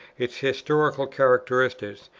its historical characteristics,